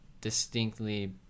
distinctly